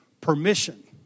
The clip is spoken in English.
permission